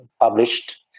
published